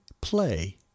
play